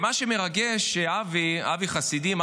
מה שמרגש הוא שאבי חסידים,